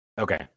Okay